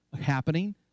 happening